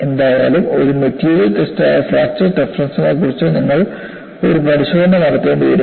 എന്തായാലും ഒരു മെറ്റീരിയൽ ടെസ്റ്റായ ഫ്രാക്ചർ ടഫ്നെസ്നെക്കുറിച്ച് നിങ്ങൾ ഒരു പരിശോധന നടത്തേണ്ടിവരും